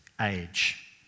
age